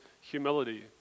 humility